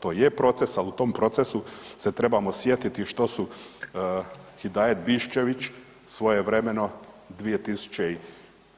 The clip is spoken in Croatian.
To je proces, ali u tom procesu se trebamo sjetiti što su Hidajet Biščević svojevremeno 2003.,